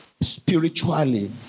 spiritually